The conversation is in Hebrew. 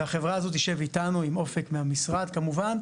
והחברה הזאת תשב איתנו, עם "אופק", המשרד כמובן,